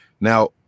Now